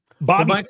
Bobby